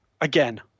again